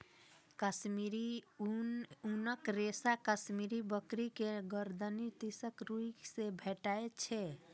कश्मीरी ऊनक रेशा कश्मीरी बकरी के गरदनि दिसक रुइयां से भेटै छै